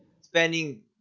spending